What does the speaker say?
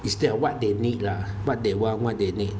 instead of what they need lah what they want what they need